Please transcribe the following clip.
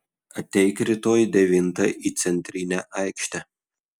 ateik rytoj devintą į centrinę aikštę